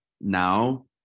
now